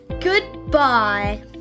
Goodbye